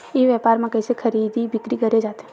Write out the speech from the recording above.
ई व्यापार म कइसे खरीदी बिक्री करे जाथे?